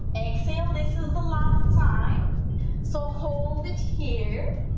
exhale, this is the last time so hold it here,